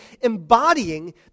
embodying